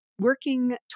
working